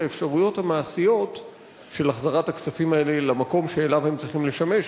האפשרויות המעשיות של החזרת הכספים האלה למקום שבו הם צריכים לשמש,